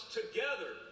together